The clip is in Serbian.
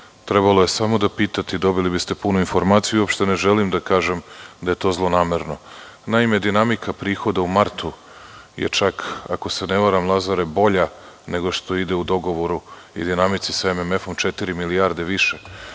Trebalo je samo da pitate. Dobili biste punu informaciju. Uopšte ne želim da kažem da je to zlonamerno. Naime, dinamika prihoda u martu je, ako se ne varam Lazare, je bolja nego što ide u dogovoru i dinamici sa MMF-om, četiri milijarde više.